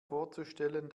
vorzustellen